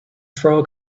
frog